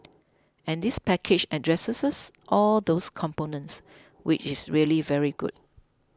and this package addresses all those components which is really very good